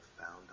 found